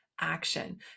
Action